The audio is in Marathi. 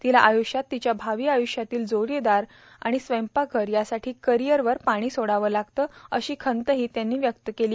तिला आय्ष्यात तिच्या भावी आय्ष्यातील जोडीदार आणि स्वैपाकघर यासाठी करिअरवर पाणी सोडावं लागतं अशी खंतही त्यांनी व्यक्त केली